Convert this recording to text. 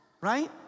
Right